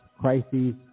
Crises